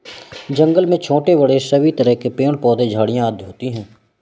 जंगल में छोटे बड़े सभी तरह के पेड़ पौधे झाड़ियां आदि होती हैं